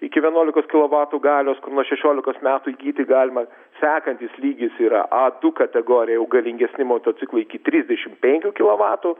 iki vienuolikos kilovatų galios kur nuo šešiolikos metų įgyti galima sekantis lygis yra a du kategorija jau galingesni motociklai iki trisdešimt penkių kilovatų